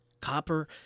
Copper